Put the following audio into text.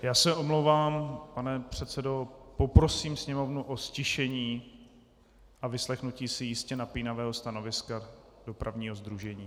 Já se omlouvám, pane předsedo, poprosím Sněmovnu o ztišení a vyslechnutí si jistě napínavého stanoviska dopravního sdružení.